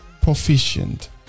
proficient